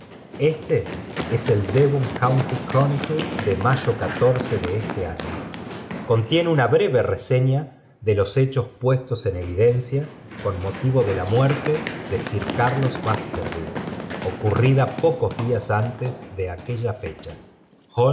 este es el devon countv ühromcle de mayo de este año contiene una breve reseña de los hechos prestos en evidencia con motivo de la muerte de sir carlos baskerville oeurnda pocos días antes de aquella fecha